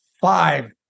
five